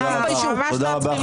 תודה רבה.